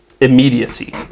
immediacy